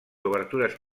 obertures